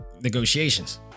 negotiations